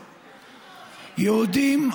יהודים,